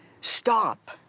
stop